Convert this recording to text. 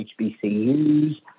HBCUs